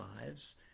lives